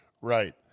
right